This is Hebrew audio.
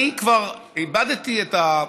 אני כבר איבדתי את,